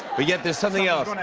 but yet, there's something else.